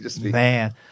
man